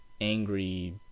Angry